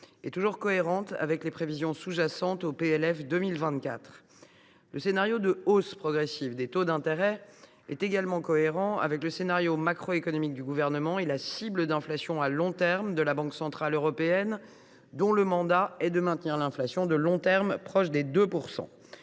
est toujours cohérente avec les prévisions sous jacentes au PLF 2024. Le scénario de hausse progressive des taux d’intérêt est également cohérent avec le scénario macroéconomique du Gouvernement et avec la cible d’inflation de la Banque centrale européenne, dont le mandat est de maintenir l’inflation de long terme proche de 2 %.